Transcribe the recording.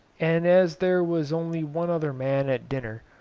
and as there was only one other man at dinner,